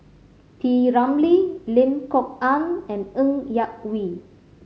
P Ramlee Lim Kok Ann and Ng Yak Whee